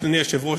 אדוני היושב-ראש,